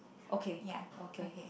okay okay